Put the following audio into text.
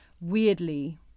weirdly